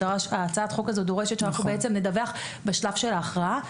הצעת החוק הזאת דורשת שאנחנו נדווח בשלב של ההכרעה.